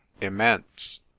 immense